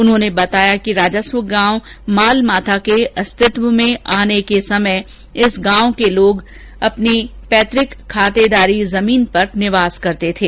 उन्होंने बताया कि राजस्व गांव मालमाथा के अस्तित्व में आने के समय इस गांव में लोग उनकी पैतृक खातेदारी जमीन पर निवास करते थे